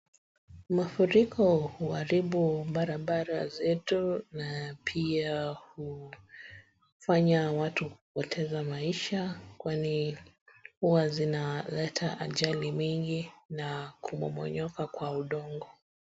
Mafuriko huharibu barabara zetu na pia hufanya watu kupoteza maisha kwani huwa zinaleta ajali mingi na kumomonyoka kwa udongo.